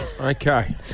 Okay